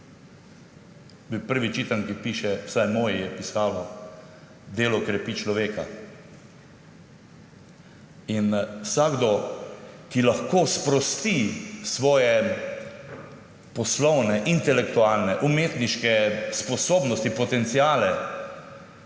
prvi čitanki piše, vsaj v moji je pisalo, delo krepi človeka. Vsakdo, ki lahko sprosti svoje poslovne, intelektualne, umetniške sposobnosti, potenciale,